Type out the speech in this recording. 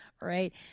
right